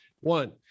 One